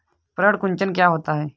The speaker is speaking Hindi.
पर्ण कुंचन क्या होता है?